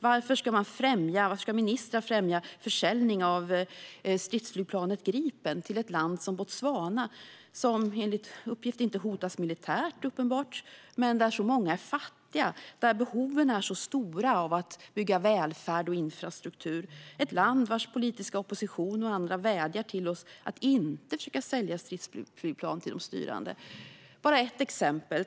Varför ska ministrar främja försäljning av stridsflygplanet Gripen till ett land som Botswana, som enligt uppgift inte uppenbart hotas militärt men där många är fattiga och där behoven är stora av att bygga välfärd och infrastruktur? Det är ett land vars politiska opposition och andra vädjar till oss att inte försöka sälja stridsflygplan till de styrande. Det är bara ett exempel.